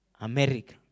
America